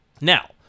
Now